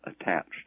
attached